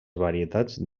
varietats